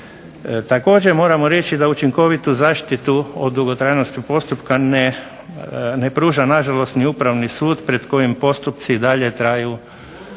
Također moramo reći da učinkovitu zaštitu o dugotrajnosti postupka ne pruža nažalost ni Upravni sud pred kojim postupci i dalje traju